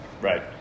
Right